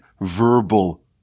verbal